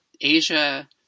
Asia